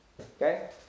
Okay